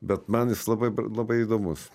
bet man jis labai bra labai įdomus